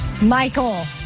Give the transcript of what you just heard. Michael